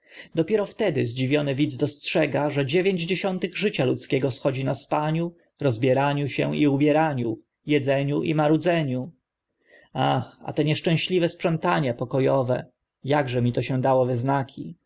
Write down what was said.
dopiero wtedy zdziwiony widz dostrzega że dziewięć dziesiątych życia ludzkiego schodzi na spaniu rozbieraniu się i ubieraniu edzeniu i marudzeniu ach a to nieszczęśliwe sprzątanie poko ów akże mi się dało we znaki